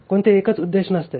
कोणते एकच उद्देश नसते